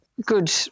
good